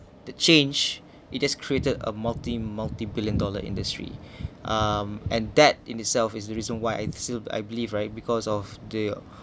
the change it has created a multi multi billion dollar industry um and that in itself is the reason why I still I believe right because of there are